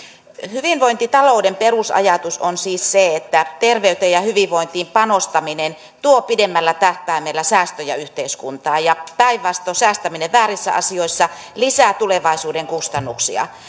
hyvinvointitalouden perusajatus on siis se että terveyteen ja hyvinvointiin panostaminen tuo pidemmällä tähtäimellä säästöjä yhteiskuntaan ja päinvastoin säästäminen väärissä asioissa lisää tulevaisuuden kustannuksia